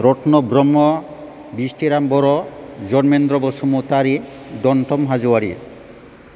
रत्न' ब्रह्म बिस्तिराम बर' जरमेन्द्र बसुमतारी दन्थम हाज'वारि